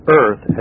earth